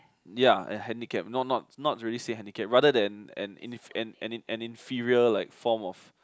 ya and handicap not not not really say handicap rather than an an an an inferior like form of